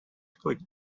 click